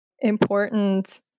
important